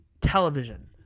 television